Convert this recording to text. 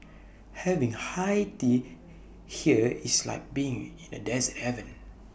having high tea here is like being in A dessert heaven